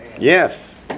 Yes